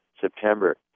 September